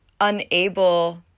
unable